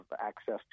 access